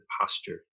posture